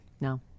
No